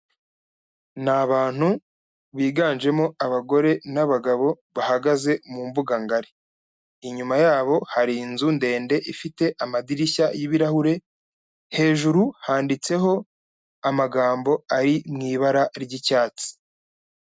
Ni abantu biganjemo abagore n'abagabo bahagaze mu mbuga ngari, inyuma yabo hari inzu ndende ifite amadirishya y’ibirahure hejuru handitseho amagambo ari mu ibara ry'icyatsi.